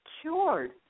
cured